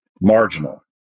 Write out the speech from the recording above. marginal